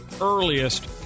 earliest